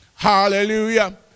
Hallelujah